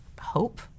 hope